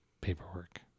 paperwork